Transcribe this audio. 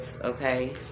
okay